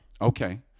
Okay